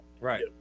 right